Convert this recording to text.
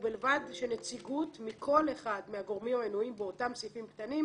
ובלבד שנציגות מכול אחד מהגורמים המנויים באותם סעיפים קטנים,